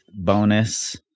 bonus